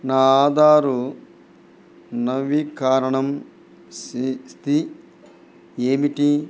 నా ఆధారు నవీకారణం స్థితి ఏమిటి